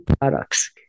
products